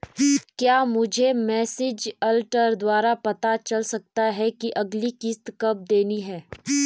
क्या मुझे message alert द्वारा पता चल सकता कि अगली किश्त कब देनी है?